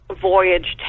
voyage